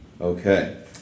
Okay